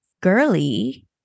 girly